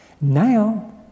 Now